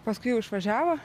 paskui jau išvažiavo